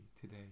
today